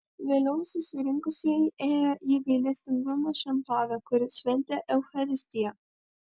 vėliau susirinkusieji ėjo į gailestingumo šventovę kur šventė eucharistiją